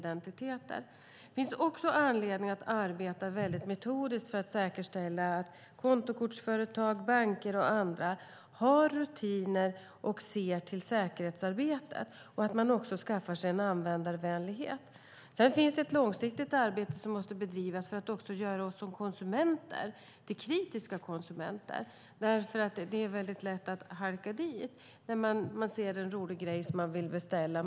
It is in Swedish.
Det finns också anledning att arbeta väldigt metodiskt för att säkerställa att kontokortsföretag, banker och andra har rutiner och ser till säkerhetsarbetet och att de också skaffar sig en användarvänlighet. Sedan måste man också bedriva ett långsiktigt arbete för att göra oss konsumenter till kritiska konsumenter. Det är ju väldigt lätt att halka dit när man ser en rolig grej som man vill beställa.